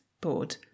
board